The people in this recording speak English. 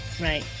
right